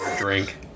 drink